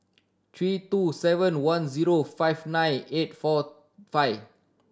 three two seven one zero five nine eight four five